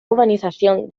urbanización